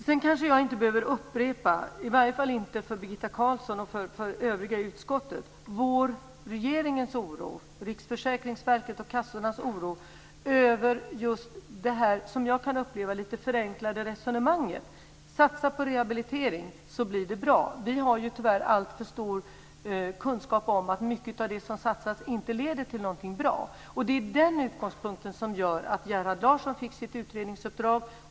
Sedan behöver jag kanske inte upprepa - i alla fall inte för Birgitta Carlsson och för övriga utskottet - regeringens, Riksförsäkringsverkets och kassornas oro över just det som jag kan uppleva som ett lite förenklat resonemang: Satsa på rehabilitering så blir det bra. Vi har tyvärr alltför stor kunskap om att många av satsningarna inte leder till någonting bra. Det är utgångspunkten för Gerhard Larssons utredningsuppdrag.